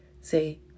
Say